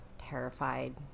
terrified